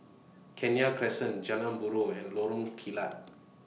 Kenya Crescent Jalan Buroh and Lorong Kilat